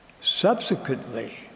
Subsequently